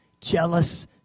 jealous